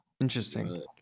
Interesting